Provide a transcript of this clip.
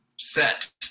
set